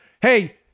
Hey